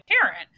parent